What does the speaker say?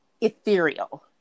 ethereal